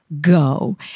go